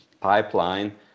pipeline